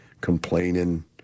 complaining